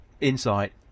insight